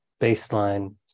baseline